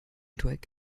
twig